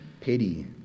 pity